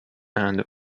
and